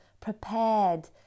prepared